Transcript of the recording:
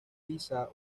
visa